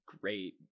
great